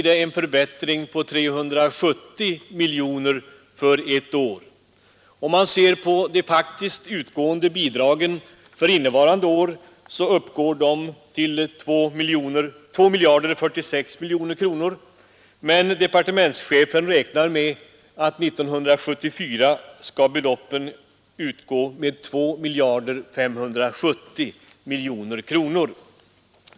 De faktiskt utgående skatteutjämningsbidragen för innevarande år uppgår till 2 046 miljoner kronor, men departementschefen räknar med att bidragen 1974 skall utgå med tillsammans 2 570 miljoner kronor.